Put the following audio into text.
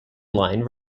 line